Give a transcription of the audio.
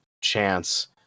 chance